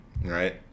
right